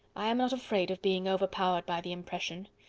i am not afraid of being overpowered by the impression.